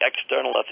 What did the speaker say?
external